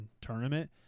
tournament